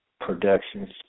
Productions